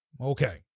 Okay